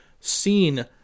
seen